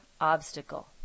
obstacle